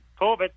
COVID